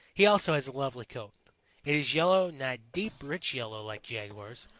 he also has a lovely coat. it is yellow, not a deep, rich yellow like jaguar's,